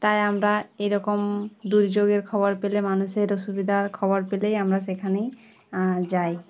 তাই আমরা এরকম দুর্যোগের খবর পেলে মানুষের অসুবিধার খবর পেলেই আমরা সেখানেই যাই